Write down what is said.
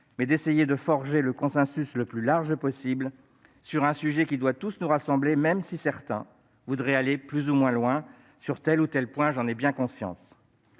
mais essayer de forger le consensus le plus large possible sur un sujet qui doit tous nous rassembler, même si certains voudraient aller plus ou moins loin sur tel ou tel point, j'en ai bien conscience.